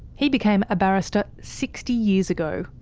he became a barrister sixty years ago,